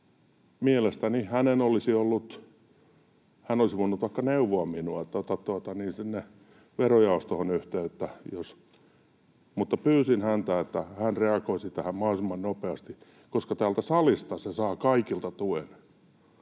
mielestäni hän olisi voinut vaikka neuvoa minua, että ota sinne verojaostoon yhteyttä. Mutta pyysin häntä, että hän reagoisi tähän mahdollisimman nopeasti, koska täältä salista se saa kaikilta tuen.